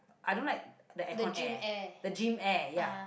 I don't like the aircon air the gym air ya